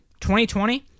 2020